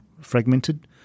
fragmented